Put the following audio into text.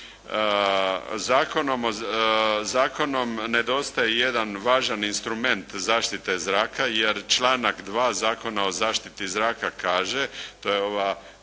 Zakonom nedostaje jedan važan instrument zaštite zraka jer članak 2. Zakona o zaštiti zraka kaže, to je ova